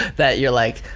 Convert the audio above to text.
that you're like,